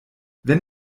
wenn